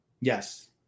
Yes